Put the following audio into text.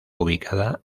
ubicada